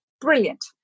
brilliant